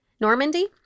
Normandy